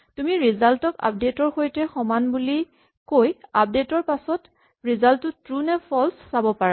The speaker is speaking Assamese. তুমি ৰিজাল্ট ক আপডেট ৰ সৈতে সমান বুলি কৈ আপডেট ৰ পাছত ৰিজাল্ট টো ট্ৰো নে ফল্চ চাব পাৰা